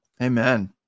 amen